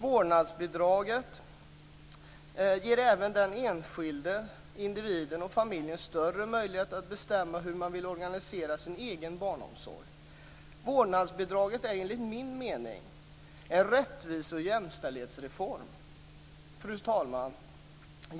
Vårdnadsbidraget ger även den enskilde individen och familjen större möjligheter att bestämma hur man vill organisera sin egen barnomsorg. Vårdnadsbidraget är enligt min mening en rättvise och jämställdhetsreform. Fru talman!